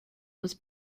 was